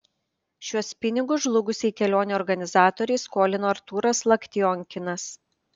šiuos pinigus žlugusiai kelionių organizatorei skolino artūras laktionkinas